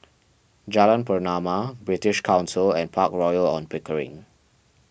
Jalan Pernama British Council and Park Royal on Pickering